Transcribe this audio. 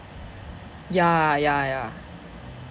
ya ya ya